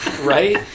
Right